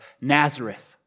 Nazareth